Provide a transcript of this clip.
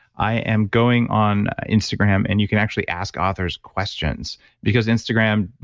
i am going on instagram and you can actually ask authors questions because instagram,